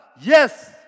yes